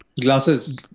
Glasses